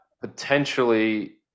potentially